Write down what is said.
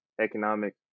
economic